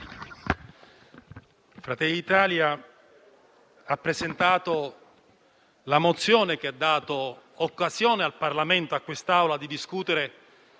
Fratelli d'Italia ha presentato la mozione che ha dato occasione al Parlamento e a quest'Aula di discutere